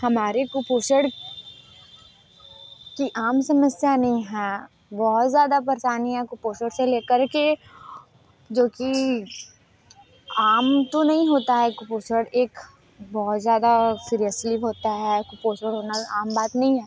हमारे कुपोषण की आम समस्या नहीं हैं बहुत ज़्यादा परेशानियाँ कुपोषण से लेकर के जो कि आम तो नहीं होता है कुपोषण एक बहुत ज़्यादा सीरियसली होता है कुपोषण होना आम बात नहीं है